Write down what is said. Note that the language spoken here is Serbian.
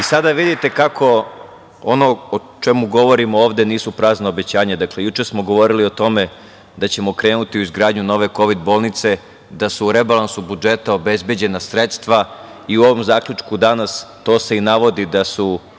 Sada vidite kako, ono o čemu govorimo ovde nisu prazna obećanja. Dakle, juče smo govorili o tome da ćemo krenuti u izgradnju nove kovid bolnice, da su u rebalansu budžeta obezbeđena sredstva i u ovom zaključku danas to se i navodi, da su